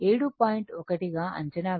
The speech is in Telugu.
1 గా అంచనా వేయబడింది